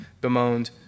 bemoaned